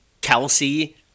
Kelsey